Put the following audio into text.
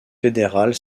fédérales